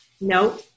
No